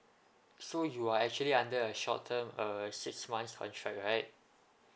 so you are actually under a short term err six months contract right